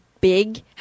big